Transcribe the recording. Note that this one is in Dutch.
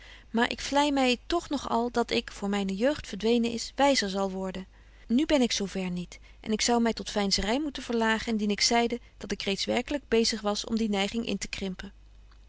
maar ik vlei my toch nog al dat ik voor myne jeugd verdwenen is wyzer zal worden nu ben ik zo ver niet en ik zou my tot veinzery moeten verlagen indien ik zeide dat ik reeds werkelyk bezig was om die neiging in te krimpen